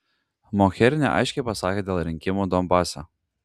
mogherini aiškiai pasakė dėl rinkimų donbase